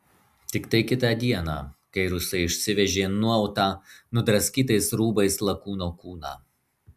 tiktai kitą dieną kai rusai išsivežė nuautą nudraskytais rūbais lakūno kūną